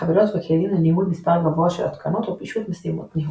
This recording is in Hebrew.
בחבילות וכלים לניהול מספר גבוה של התקנות או פישוט משימות ניהול.